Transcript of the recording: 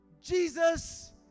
Jesus